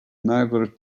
neither